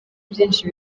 byinshi